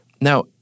Now